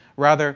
rather